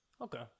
Okay